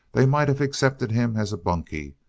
they might have accepted him as a bunkie!